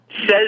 says